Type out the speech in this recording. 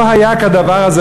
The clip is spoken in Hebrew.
לא היה כדבר הזה,